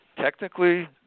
Technically